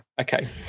Okay